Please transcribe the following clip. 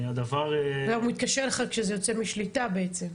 הדבר --- הוא מתקשר אליך כשזה יוצא משליטה בעצם.